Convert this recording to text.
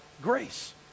grace